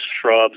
shrubs